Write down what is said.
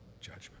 judgment